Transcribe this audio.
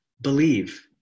Believe